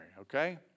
okay